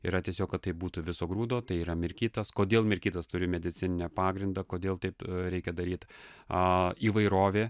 yra tiesiog kad tai būtų viso grūdo tai yra mirkytas kodėl mirkytas turi medicininę pagrindą kodėl taip reikia daryt a įvairovė